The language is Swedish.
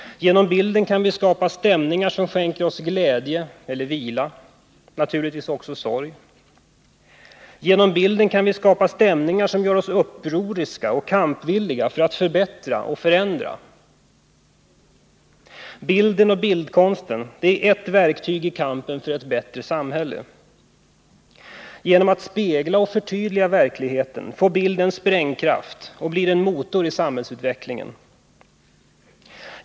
Genom bilden kan vi skapa stämningar som skänker oss glädje eller vila och naturligtvis också sorg. Genom bilden kan vi skapa stämningar som gör oss upproriska och villiga att kämpa för att förbättra och förändra. Bilden och bildkonsten är ett verktyg i kampen för ett bättre samhälle. Genom att spegla och förtydliga verkligheten får bilden sprängkraft och blir en motor i samhällsutvecklingen.